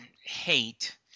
hate